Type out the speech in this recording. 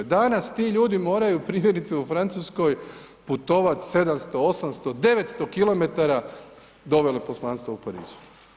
Danas ti ljudi moraju primjerice u Francuskoj putovati 700, 800, 900 km do veleposlanstva u Parizu.